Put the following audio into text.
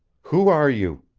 who are you?